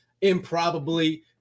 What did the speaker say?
improbably